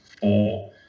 four